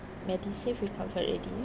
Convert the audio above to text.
medisave we covered already